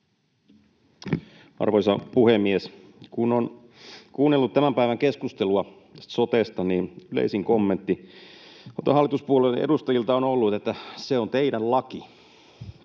Arvoisa puhemies! Kun on kuunnellut tämän päivän keskustelua sotesta, niin yleisin kommentti noilta hallituspuolueiden edustajilta on ollut, että se on teidän laki.